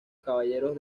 caballeros